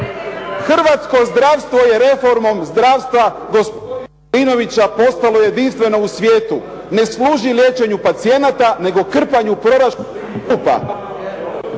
Hrvatsko zdravstvo je reformom zdravstva gospodina Milinovića postalo jedinstveno u svijetu – ne služi liječenju pacijenata, nego krpanju proračunskih rupa.